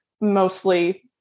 mostly